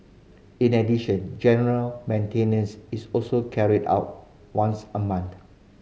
in the addition general maintenance is also carried out once a month